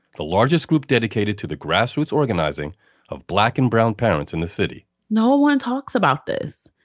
the largest group dedicated to the grassroots organizing of black and brown parents in the city no one talks about this.